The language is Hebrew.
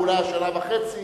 ואולי השנה וחצי,